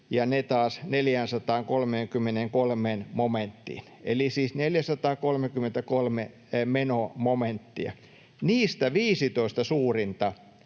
ja ne taas 433 momenttiin, eli siis 433 menomomenttia. Niistä 15 suurinta